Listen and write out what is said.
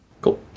Cool